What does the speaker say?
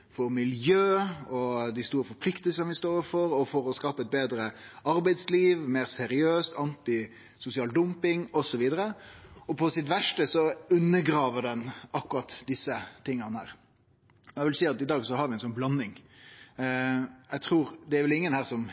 for innovasjon, for miljø og dei store forpliktingane vi står overfor, og for å skape eit betre og meir seriøst arbeidsliv, mot sosial dumping, osv. På sitt verste undergrev det akkurat desse tinga. Eg vil seie at vi i dag har ei blanding. Det er vel ingen her som